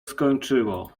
skończyło